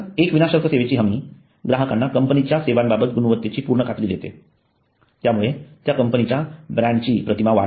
एक विनाशर्त सेवेची हमी ग्राहकांना कंपनीच्या सेवांबाबत गुणवत्तेची पूर्ण खात्री देते त्यामुळे त्या कंपनीच्या ब्रँड ची प्रतिमा वाढते